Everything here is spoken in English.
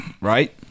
right